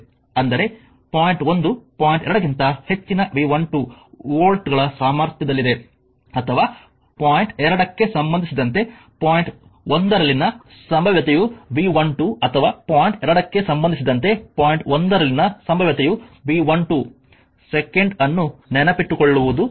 ಅಂದರೆ point 1 point 2 ಕ್ಕಿಂತ ಹೆಚ್ಚಿನ ವಿ 12 ವೋಲ್ಟ್ಗಳ ಸಾಮರ್ಥ್ಯದಲ್ಲಿದೆ ಅಥವಾ ಪಾಯಿಂಟ್ 2 ಕ್ಕೆ ಸಂಬಂಧಿಸಿದಂತೆ ಪಾಯಿಂಟ್ 1 ರಲ್ಲಿನ ಸಂಭಾವ್ಯತೆಯು ವಿ 12 ಅಥವಾ ಪಾಯಿಂಟ್ 2 ಕ್ಕೆ ಸಂಬಂಧಿಸಿದಂತೆ ಪಾಯಿಂಟ್ 1 ರಲ್ಲಿನ ಸಂಭಾವ್ಯತೆಯು ವಿ 12 ಸೆಕೆಂಡ್ ಅನ್ನು ನೆನಪಿಟ್ಟುಕೊಳ್ಳುವುದು ಸುಲಭ